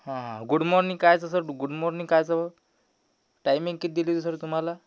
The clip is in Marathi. गुड मॉर्निंग कायचं सर गुड मॉर्निंग कायचं टाईमिंग किती दिली होती सर तुम्हाला